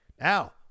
Now